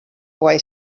boy